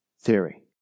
theory